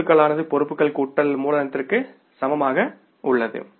சொத்துக்களானது பொறுப்புகள் கூட்டல் மூலதனத்திற்கு சமமாகவுள்ளது